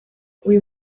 uyu